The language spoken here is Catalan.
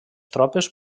tropes